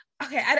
Okay